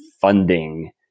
funding